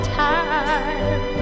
time